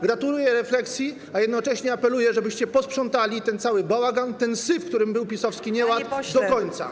Gratuluję refleksji, a jednocześnie apeluję, żebyście posprzątali ten cały bałagan, ten syf, którym był PiS-owski nieład, do końca.